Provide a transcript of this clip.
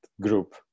group